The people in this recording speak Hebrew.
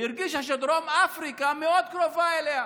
היא הרגישה שדרום אפריקה מאוד קרובה אליה.